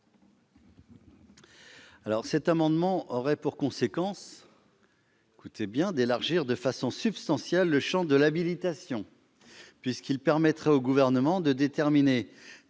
de cet amendement aurait pour conséquence d'élargir de façon substantielle le champ de l'habilitation, puisqu'elle permettrait au Gouvernement de déterminer